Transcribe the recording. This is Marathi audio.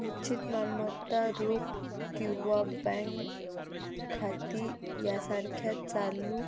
निश्चित मालमत्ता रोख किंवा बँक खाती यासारख्या चालू